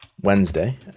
wednesday